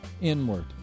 inward